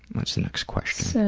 what's the next question? so,